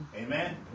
Amen